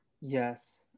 Yes